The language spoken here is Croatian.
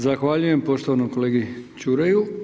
Zahvaljujem poštovanom kolegi Čuraju.